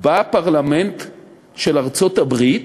בפרלמנט של ארצות-הברית